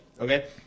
Okay